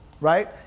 Right